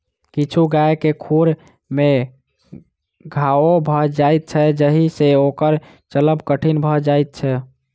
किछु गाय के खुर मे घाओ भ जाइत छै जाहि सँ ओकर चलब कठिन भ जाइत छै